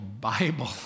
Bible